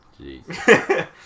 Jeez